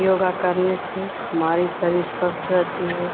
योग करने से हमारी शरीर स्वस्थ रहती है